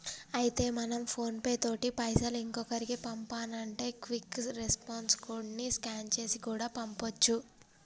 అయితే మనం PhonePe తోటి పైసలు ఇంకొకరికి పంపానంటే క్విక్ రెస్పాన్స్ కోడ్ ని స్కాన్ చేసి కూడా పంపొచ్చు